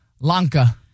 Lanka